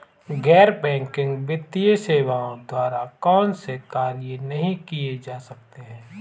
गैर बैंकिंग वित्तीय सेवाओं द्वारा कौनसे कार्य नहीं किए जा सकते हैं?